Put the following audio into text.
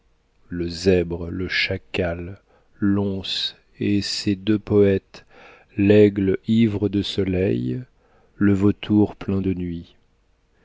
le zèbre le chacal l'once et ces deux poètes l'aigle ivre de soleil le vautour plein de nuit